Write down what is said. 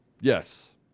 Yes